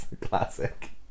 classic